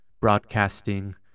broadcasting